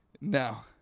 Now